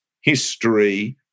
history